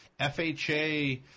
FHA